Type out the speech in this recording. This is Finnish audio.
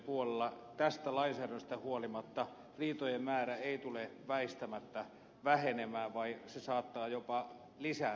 tästä lainsäädännöstä huolimatta riitojen määrä ei tule väistämättä vähenemään vaan se saattaa jopa lisääntyäkin